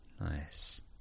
Nice